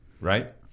Right